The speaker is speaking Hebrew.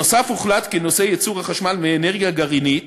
נוסף על כך הוחלט כי נושא ייצור החשמל מאנרגיה גרעינית